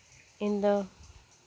ᱤᱧᱫᱚ